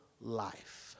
life